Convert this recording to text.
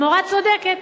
המורה צודקת.